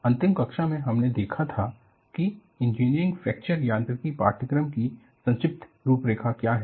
अंतिम कक्षा में हमने देखा था कि इंजीनियरिंग फ्रैक्चर यांत्रिकी पाठ्यक्रम की संक्षिप्त रूपरेखा क्या है